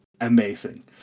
amazing